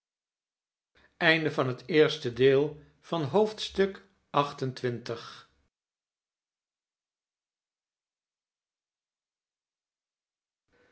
oosten van het westen van het